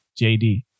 JD